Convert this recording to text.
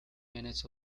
manages